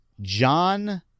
John